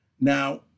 Now